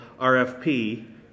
RFP